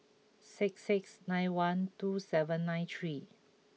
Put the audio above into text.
six six nine one two seven nine three